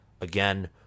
Again